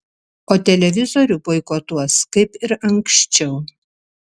o televizorių boikotuos kaip ir anksčiau